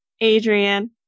Adrian